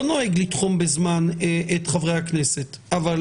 לא נוהג לתחום בזמן אבל די,